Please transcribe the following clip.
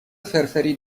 فرفری